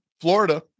florida